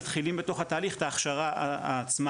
מתחילים בתוך התהליך את ההכשרה עצמה